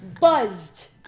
buzzed